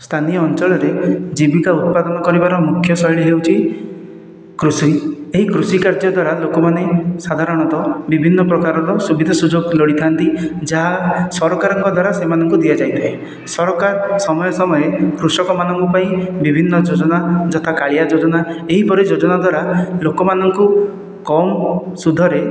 ସ୍ଥାନୀୟ ଅଞ୍ଚଳରେ ଜୀବିକା ଉତ୍ପାଦନ କରିବାର ମୁଖ୍ୟ ଶୈଳୀ ହେଉଛି କୃଷି ଏହି କୃଷି କାର୍ଯ୍ୟ ଦ୍ୱାରା ଲୋକମାନେ ସାଧାରଣତଃ ବିଭିନ୍ନ ପ୍ରକାରର ସୁବିଧା ସୁଯୋଗ ଲୋଡ଼ିଥାନ୍ତି ଯାହା ସରକାରଙ୍କ ଦ୍ୱାରା ସେମାନଙ୍କୁ ଦିଆ ଯାଇଥାଏ ସରକାର ସମୟେ ସମୟେ କୃଷକମାନଙ୍କ ପାଇଁ ବିଭିନ୍ନ ଯୋଜନା ଯଥା କାଳିଆ ଯୋଜନା ଏହିପରି ଯୋଜନା ଦ୍ୱାରା ଲୋକମାନଙ୍କୁ କମ ସୁଧରେ